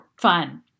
fun